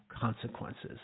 consequences